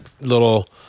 little –